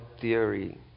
theory